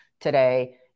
today